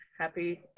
Happy